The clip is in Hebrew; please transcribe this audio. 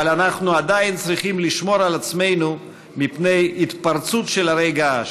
אבל אנחנו עדיין צריכים לשמור על עצמנו מפני התפרצות של הרי געש,